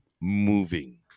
moving